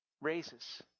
raises